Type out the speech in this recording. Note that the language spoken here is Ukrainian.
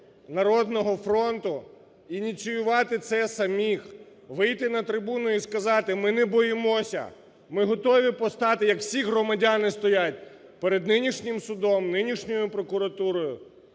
"Народного фронту" ініціювати це самих, вийти на трибуну і сказати, ми не боїмося, ми готові постати, як всі громадяни стоять перед нинішнім судом, нинішньою прокуратурою,